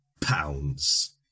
pounds